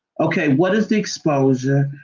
okay, what is the exposure?